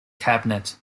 cabinet